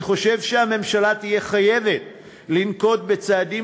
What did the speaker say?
אני חושב שהממשלה תהיה חייבת לנקוט צעדים